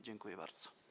Dziękuję bardzo.